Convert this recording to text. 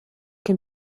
can